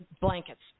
blankets